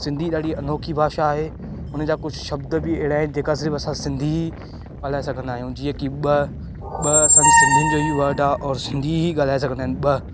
सिंधी ॾाढी अनोखी भाषा आहे उनजा कुझु शब्द बि अहिड़ा आहिनि जेका सिर्फ़ु असां सिंधी ई ॻाल्हाइ सघंदा आहियूं जीअं की ॿ ॿ असांजी सिंधियुनि जो ई वर्ड आहे और सिंधी ई ॻाल्हाइ सघंदा आहिनि ॿ